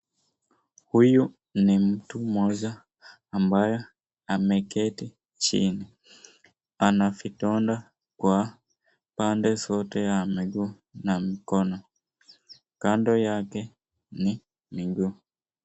Huyu ni mtu mmoja ambaye ameketi chini. Ana vidonda kwa pande zote za miguu na mikono. Kando yake ni miguu.